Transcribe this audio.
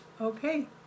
Okay